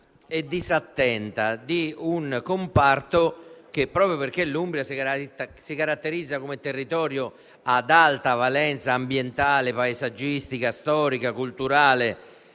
e disattenta di un comparto che, proprio perché l'Umbria si caratterizza come un territorio ad alta valenza ambientale, paesaggistica, storica, culturale